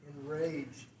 enraged